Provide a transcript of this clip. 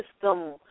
system